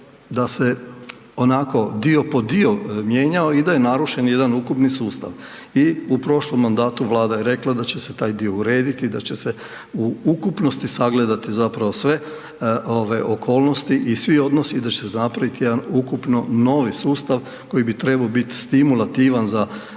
da se onako dio po dio mijenjao i da je narušen jedan ukupni sustav. I u prošlom mandatu Vlada je rekla da će se taj dio urediti, da će se u ukupnosti sagledat zapravo sve okolnosti i svi odnosi i da će napraviti ukupno novi sustav koji bi trebao biti stimulativan za